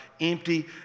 empty